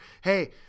Hey